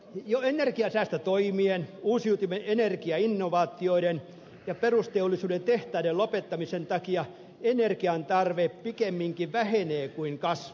jo energiasäästötoimien uusiutuvien energiainnovaatioiden ja perusteollisuuden tehtaiden lopettamisen takia energiantarve pikemminkin vähenee kuin kasvaa